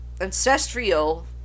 Ancestral